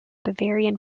bavarian